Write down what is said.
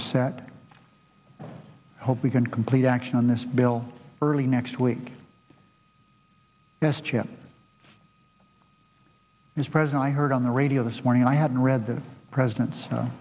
is set i hope we can complete action on this bill early next week this chap is present i heard on the radio this morning i had read the president's